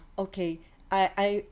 okay I I